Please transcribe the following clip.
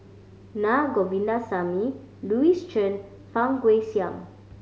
Naa Govindasamy Louis Chen Fang Guixiang